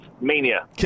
Mania